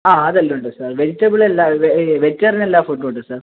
ആ അതെല്ലം ഉണ്ട് സർ വെജിറ്റബിൾ എല്ലാം വെജിറ്റേറിയൻ എല്ലാ ഫുഡും ഉണ്ട് സർ